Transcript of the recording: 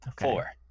Four